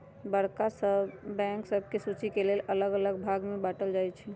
बड़का बैंक सभके सुचि के लेल अल्लग अल्लग भाग में बाटल जाइ छइ